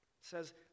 says